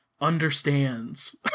understands